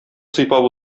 сыйпап